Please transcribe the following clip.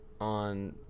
on